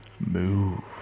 Move